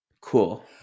Cool